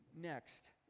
next